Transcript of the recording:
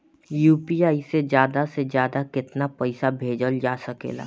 UPI से ज्यादा से ज्यादा केतना पईसा भेजल जा सकेला?